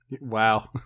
Wow